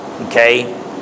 Okay